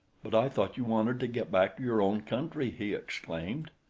but i thought you wanted to get back to your own country! he exclaimed.